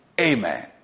Amen